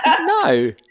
No